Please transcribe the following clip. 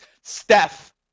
Steph